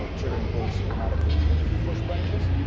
um triggering builds automatically when you push branches.